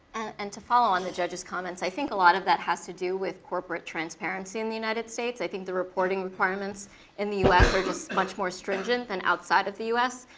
and to follow on the judges comments. i think a lot of that has to do with corporate transparency in the united states. i think the reporting requirements in the us are just much more stringent than outside of the us,